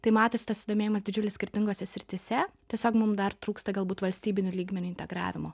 tai matos tas susdomėjimas didžiulis skirtingose srityse tiesiog mum dar trūksta galbūt valstybiniu lygmeniu integravimo